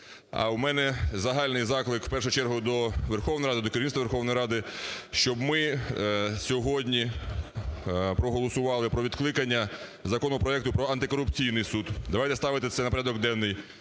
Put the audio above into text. А у мене загальний заклик, в першу чергу до Верховної Ради, до керівництва Верховної Ради, щоб ми сьогодні проголосували про відкликання законопроекту про антикорупційний суд. Давайте ставити це на порядок денний